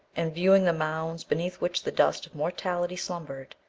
and viewing the mounds beneath which the dust of mortality slumbered,